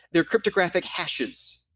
they're cryptographic hashes.